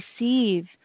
receive